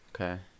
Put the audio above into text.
Okay